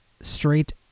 straight